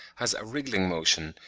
has a wriggling motion,